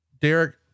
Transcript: Derek